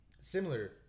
similar